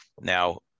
Now